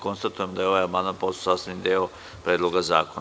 Konstatujem da je ovaj amandman postao sastavni deo Predloga zakona.